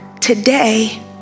today